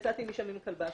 יצאתי משם עם הכלבה השלישית.